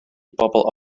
bobl